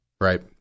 Right